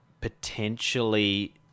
potentially